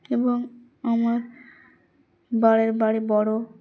এবং আমার বরের বাড়ি বড়ো